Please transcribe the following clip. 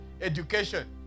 education